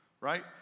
right